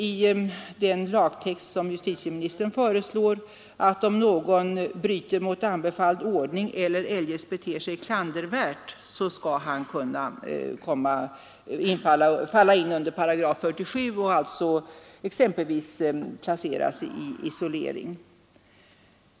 I den lagtext som justitieministern föreslår står det att den som bryter mot anbefalld ordning eller eljest beter sig klandervärt skall kunna falla in under 47 § och alltså exempelvis placeras i isolering.